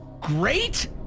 Great